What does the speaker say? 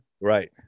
Right